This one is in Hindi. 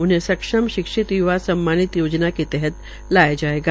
उन्हें सक्ष्म शिक्षित य्वा सम्मानित योजना के तहत लगा जायेगा